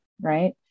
right